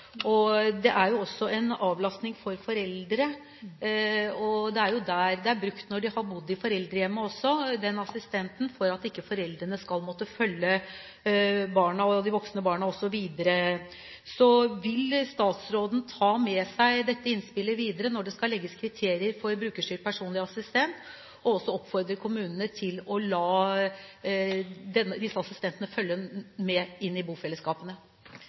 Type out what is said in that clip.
Det er også en avlastning for foreldre, og det er der assistenten er brukt når de har bodd i foreldrehjemmet, for at foreldrene ikke skal måtte følge de voksne barna videre. Vil statsråden ta med seg dette innspillet videre når det skal legges kriterier for brukerstyrt personlig assistent, og oppfordre kommunene til å la disse assistentene følge med inn i bofellesskapene?